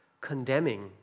condemning